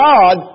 God